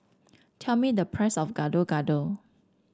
tell me the price of Gado Gado